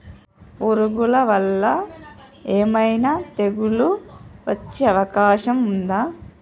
పురుగుల వల్ల ఏమైనా తెగులు వచ్చే అవకాశం ఉందా?